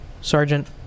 Sergeant